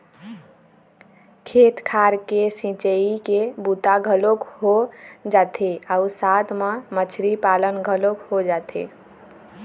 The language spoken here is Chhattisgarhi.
खेत खार के सिंचई के बूता घलोक हो जाथे अउ साथ म मछरी पालन घलोक हो जाथे